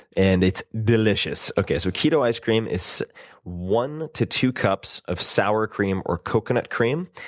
and it's delicious. okay, so keto ice cream is one to two cups of sour cream or coconut cream.